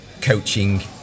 coaching